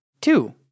Two